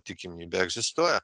tikimybė egzistuoja